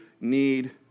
need